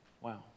Wow